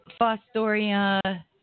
Fostoria